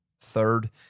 Third